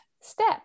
step